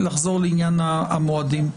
נחזור לעניין המועדים.